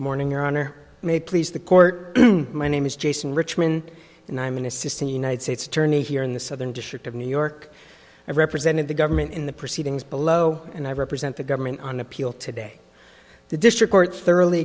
morning your honor may please the court my name is jason richmond and i'm an assistant united states attorney here in the southern district of new york i represented the government in the proceedings below and i represent the government on appeal today the district court thoroughly